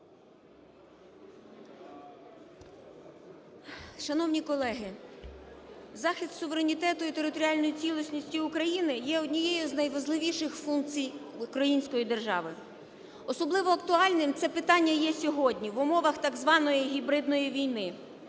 Шановні колеги, захист суверенітету і територіальної цілісності України є однією з найважливіших функцій української держави. Особливо актуальним це питання є сьогодні, в умовах так званої гібридної війни.